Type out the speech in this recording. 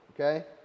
okay